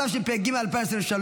התשפ"ג 2023,